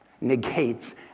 Negates